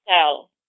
cell